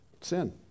sin